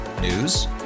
News